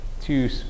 two